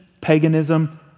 paganism